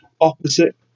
Opposite